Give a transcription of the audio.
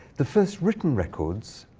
the first written records